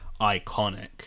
iconic